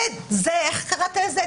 איך קראת לזה?